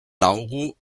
nauru